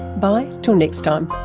bye, till next time